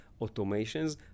automations